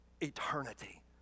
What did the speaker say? eternity